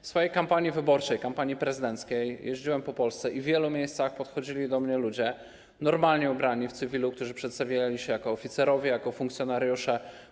W swojej kampanii wyborczej, kampanii prezydenckiej, jeździłem po Polsce i w wielu miejscach podchodzili do mnie ludzie normalnie ubrani, w cywilu, którzy przedstawiali się jako oficerowie, jako funkcjonariusze.